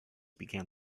began